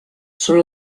són